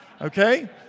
Okay